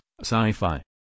sci-fi